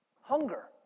Hunger